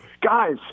guys